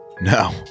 No